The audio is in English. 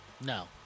No